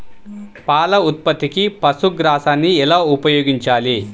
పాల ఉత్పత్తికి పశుగ్రాసాన్ని ఎలా ఉపయోగించాలి?